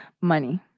Money